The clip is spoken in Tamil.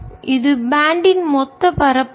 இது பேண்ட் ன் மொத்த பரப்பளவு